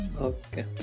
Okay